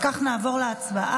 אם כך, נעבור להצבעה.